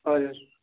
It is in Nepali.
हजुर